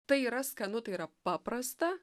tai yra skanu tai yra paprasta